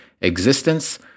existence